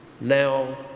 Now